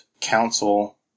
council